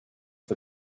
for